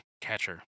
catcher